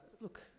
look